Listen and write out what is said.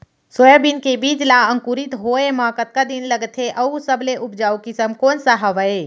Soybean के बीज ला अंकुरित होय म कतका दिन लगथे, अऊ सबले उपजाऊ किसम कोन सा हवये?